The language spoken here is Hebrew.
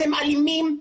אתם אלימים.